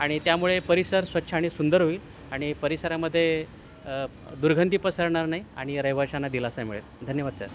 आणि त्यामुळे परिसर स्वच्छ आणि सुंदर होईल आणि परिसरामध्ये दुर्गंधी पसरणार नाही आणि रहिवाश्यांना दिलासा मिळेल धन्यवाद सर